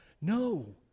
No